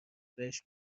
بهش